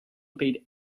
paid